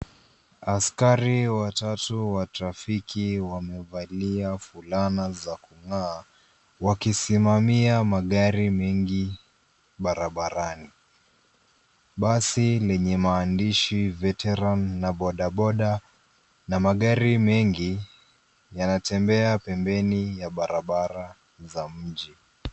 Askari wa tatu wa(cs) trafic(cs) wamevalia fulana za kung'aawakisimamia magari mengi barabarani. Basi lenye maandishi, (cs)veteran(cs) na bodaboda na magari mengi yanatembea pembeni ya barabara za mji.